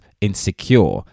insecure